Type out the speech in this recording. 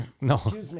no